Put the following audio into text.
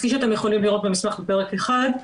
כפי שאתם יכולים לראות במסמך בפרק 1,